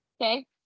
Okay